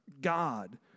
God